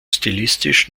stilistisch